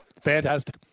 Fantastic